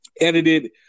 edited